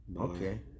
okay